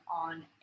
on